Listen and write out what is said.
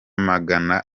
magana